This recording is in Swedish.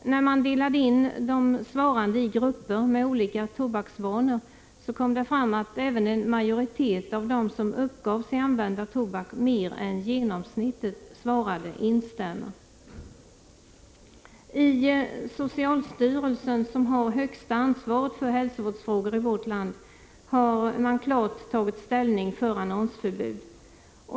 När man delade in de svarande i grupper med olika tobaksvanor kom det fram att även en majoritet av dem som uppgav sig använda tobak mer än genomsnittet svarade: ”Instämmer”. I socialstyrelsen, som har högsta ansvaret för hälsovårdsfrågor i vårt land, har man klart tagit ställning för annonsförbud.